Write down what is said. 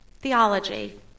Theology